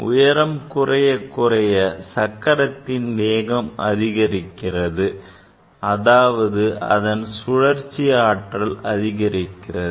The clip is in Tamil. உயரம் குறையக் குறைய சக்கரத்தின் வேகம் அதிகரிக்கிறது அதாவது அதன் சுழற்சி ஆற்றல் அதிகரிக்கிறது